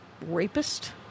rapist